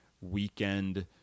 weekend